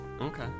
Okay